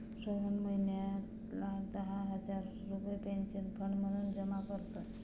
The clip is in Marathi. रोहन महिन्याला दहा हजार रुपये पेन्शन फंड म्हणून जमा करतो